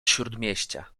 śródmieścia